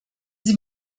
sie